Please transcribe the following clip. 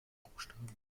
buchstaben